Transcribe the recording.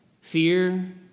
Fear